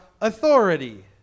authority